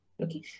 Okay